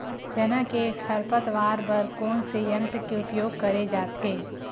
चना के खरपतवार बर कोन से यंत्र के उपयोग करे जाथे?